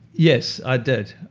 yes, i did.